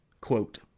quote